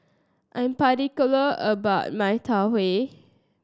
I'm particular about my Tau Huay